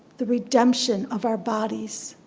the redemption of our bodies.